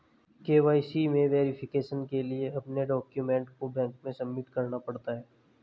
KYC में verification के लिए अपने डाक्यूमेंट को बैंक में सबमिट करना पड़ता है